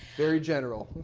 very general.